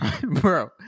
bro